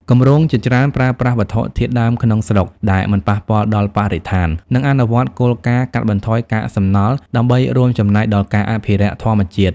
គម្រោងជាច្រើនប្រើប្រាស់វត្ថុធាតុដើមក្នុងស្រុកដែលមិនប៉ះពាល់ដល់បរិស្ថាន និងអនុវត្តគោលការណ៍កាត់បន្ថយកាកសំណល់ ដើម្បីរួមចំណែកដល់ការអភិរក្សធម្មជាតិ។